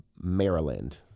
Maryland